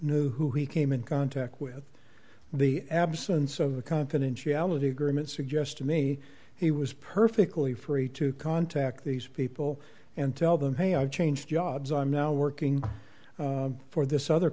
knew who he came in contact with the absence of the confidentiality agreement suggests to me he was perfectly free to contact these people and tell them hey i've changed jobs i'm now working for this other